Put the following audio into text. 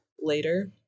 later